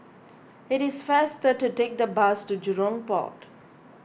it is faster to take the bus to Jurong Port